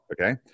Okay